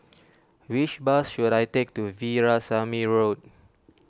which bus should I take to Veerasamy Road